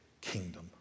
kingdom